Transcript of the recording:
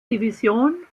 division